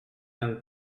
and